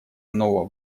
иного